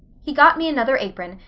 he got me another apron,